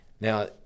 Now